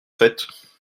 faites